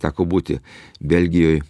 teko būti belgijoj